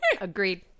Agreed